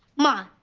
ma,